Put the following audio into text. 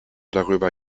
darüber